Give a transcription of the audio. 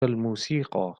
الموسيقى